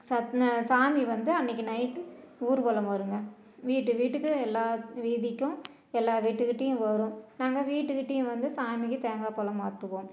சத் சாமி வந்து அன்னைக்கு நைட்டு ஊர்வலம் வருங்க வீட்டு வீட்டுக்கு எல்லா வீதிக்கும் எல்லா வீட்டுக்கிட்டையும் வரும் நாங்கள் வீட்டுகிட்டையும் வந்து சாமிக்கு தேங்காய் பலம் மாற்றுவோம்